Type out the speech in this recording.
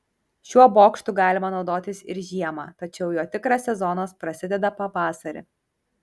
šiuo bokštu galima naudotis ir žiemą tačiau jo tikras sezonas prasideda pavasarį